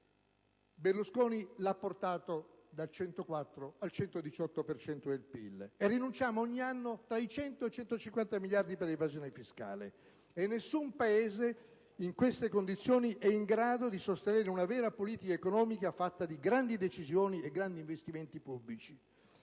- che Berlusconi ha portato dal 104 al 118 per cento del PIL - e rinuncia ogni anno a 100-150 miliardi di evasione fiscale. Nessun Paese in queste condizioni è in grado di sostenere una vera politica economica fatta di grandi decisioni e grandi investimenti pubblici.